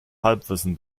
halbwissen